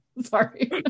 Sorry